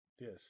Yes